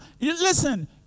listen